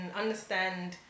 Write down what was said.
understand